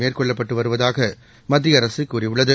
மேற்கொள்ளப்பட்டு வருவதாக மத்திய அரசு கூறியுள்ளது